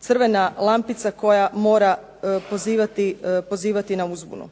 crvena lampica koja mora pozivati na uzbunu.